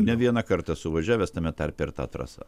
ne vieną kartą esu važiavęs tame tarpe ir ta trasa